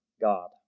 God